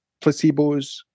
placebos